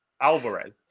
Alvarez